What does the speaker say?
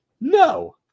No